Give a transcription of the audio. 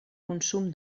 consum